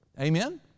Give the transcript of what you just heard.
Amen